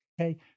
Okay